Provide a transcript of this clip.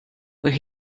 where